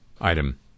item